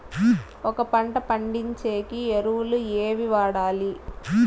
ఒక పంట పండించేకి ఎరువులు ఏవి వాడాలి?